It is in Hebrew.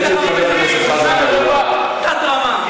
אתה חוצפן.